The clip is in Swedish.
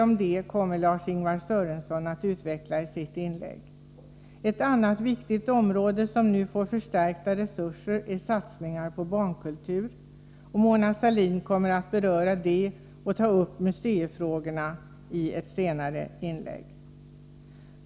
Detta kommer Lars-Ingvar Sörenson att ytterligare utveckla i sitt inlägg. Ett annat viktigt område som nu får förstärkta resurser gäller barnkulturen och de satsningar som där görs. Mona Sahlin kommer i ett senare inlägg att ta upp den saken samt museifrågorna.